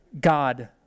God